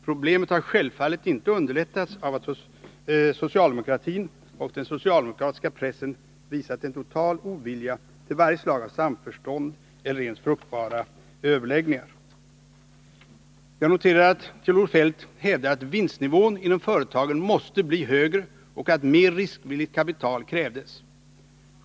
Problemet har självfallet inte underlättats av att socialdemokratin och den socialdemokratiska pressen visat en total ovilja till varje slag av samförstånd eller ens fruktbara överläggningar. Jag noterade att Kjell-Olof Feldt hävdade att vinstnivån inom företagen måste bli högre och att mer riskvilligt kapital krävdes.